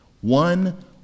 One